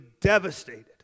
devastated